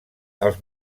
els